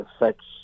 affects